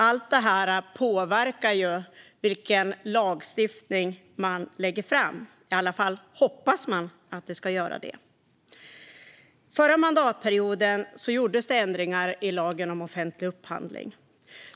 Allt det här påverkar vilken lagstiftning som läggs fram - i alla fall hoppas man att det ska göra det. Förra mandatperioden gjordes ändringar i lagen om offentlig upphandling.